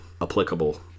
applicable